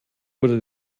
wurde